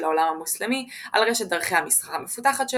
העולם המוסלמי על רשת דרכי המסחר המפותחת שלו,